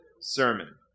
sermon